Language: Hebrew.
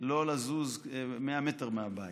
לא לזוז 100 מטר מהבית,